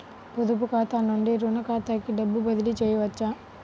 పొదుపు ఖాతా నుండీ, రుణ ఖాతాకి డబ్బు బదిలీ చేయవచ్చా?